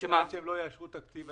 שעד שהם לא מאשרים תקציב,